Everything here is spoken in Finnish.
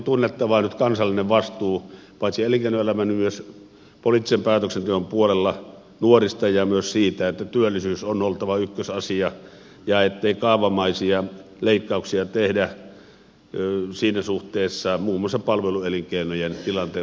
kyllä meidän on paitsi elinkeinoelämän myös poliittisen päätöksenteon puolella tunnettava nyt kansallinen vastuu nuorista ja myös siitä että työllisyyden on oltava ykkösasia ja ettei kaavamaisia leikkauksia tehdä siinä suhteessa muun muassa palveluelinkeinojen tilanteen vaikeuttamiseksi